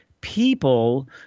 people